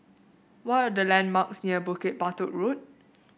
what are the landmarks near Bukit Batok Road